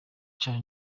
cane